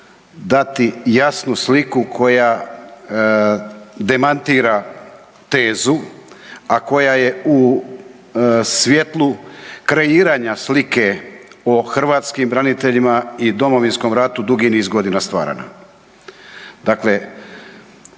dati jasnu sliku koja demantira tezu, a koja je u svjetlu kreiranja slike o hrvatskim braniteljima i Domovinskom ratu dugi niz godina stvarana.